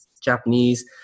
Japanese